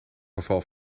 geval